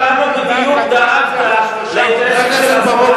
גם מבקר המדינה כתב את זה אחרי שלושה